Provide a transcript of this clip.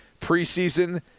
preseason